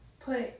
put